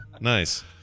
nice